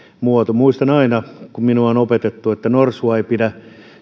muistan aina kun minua on opetettu että norsua ei pidä